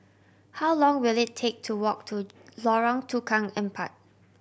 how long will it take to walk to Lorong Tukang Empat